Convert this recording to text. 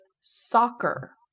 Soccer